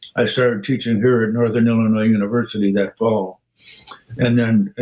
i started teaching here at northern illinois university that fall and then,